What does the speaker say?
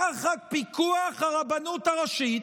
תחת פיקוח הרבנות הראשית,